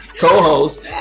Co-host